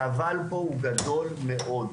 והאבל פה הוא גדול מאוד.